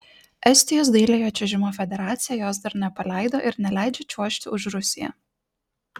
estijos dailiojo čiuožimo federacija jos dar nepaleido ir neleidžia čiuožti už rusiją